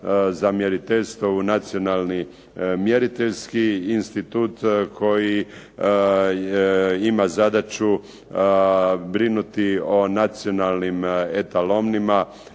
za mjeriteljstvo u Nacionalni mjeriteljski institut koji ima zadaću brinuti o nacionalnim etalonima,